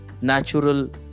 natural